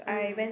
(uh huh)